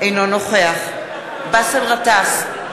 אינו נוכח באסל גטאס,